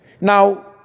Now